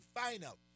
final